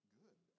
good